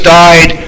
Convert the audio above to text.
died